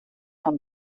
von